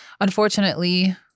unfortunately